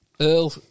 Earl